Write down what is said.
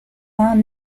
are